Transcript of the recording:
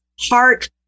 heart